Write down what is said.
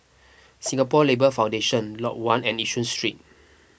Singapore Labour Foundation Lot one and Yishun Street